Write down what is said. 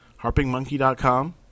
harpingmonkey.com